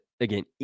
again